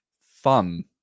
fun